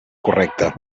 correcte